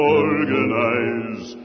organize